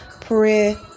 Pray